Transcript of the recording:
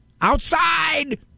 Outside